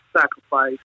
sacrifice